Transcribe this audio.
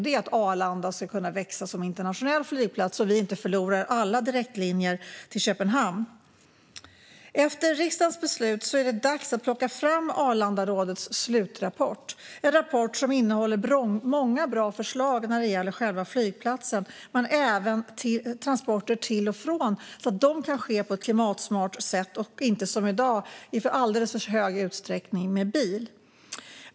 Det är att Arlanda ska kunna växa som internationell flygplats så att vi inte förlorar alla direktlinjer till Köpenhamn. Efter riksdagens beslut är det dags att plocka fram Arlandarådets slutrapport, en rapport som innehåller många bra förslag när det gäller själva flygplatsen men även transporter till och från så att de kan ske på ett klimatsmart sätt och inte som i dag i alldeles för hög utsträckning med bil. Fru talman!